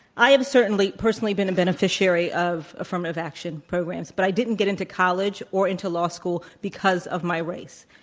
i am certainly personally been a beneficiary of affirmative action programs, but i didn't get into college or into law school because of my race.